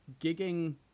gigging